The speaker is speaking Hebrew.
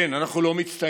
כן, אנחנו לא מצטיינים,